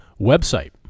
website